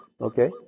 Okay